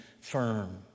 firm